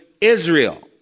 Israel